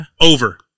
Over